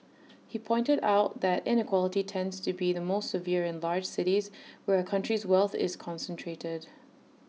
he pointed out that inequality tends to be the most severe in large cities where A country's wealth is concentrated